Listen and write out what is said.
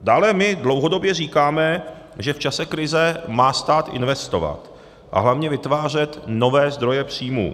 Dále my dlouhodobě říkáme, že v čase krize má stát investovat a hlavně vytvářet nové zdroje příjmů.